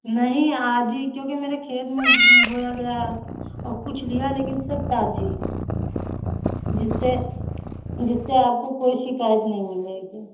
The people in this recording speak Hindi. नहीं आज ही क्योंकि मेरे खेत में बोया गया है कुछ लिया लेकिन सब ताज़ी हैं जिससे जिससे आपको कोई शिकायत नहीं मिलेगी